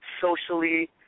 socially